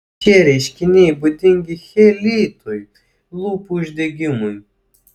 šie reiškiniai būdingi cheilitui lūpų uždegimui